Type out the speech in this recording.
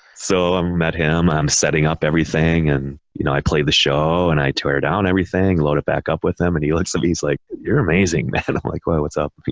so i met him, i'm setting up everything and you know i played the show and i tear down everything, load it back up with them and he looks at me, he's like, you're amazing man. i'm like, why? what's up?